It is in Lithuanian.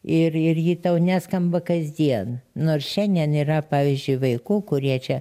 ir ir ji tau neskamba kasdien nors šiandien yra pavyzdžiui vaikų kurie čia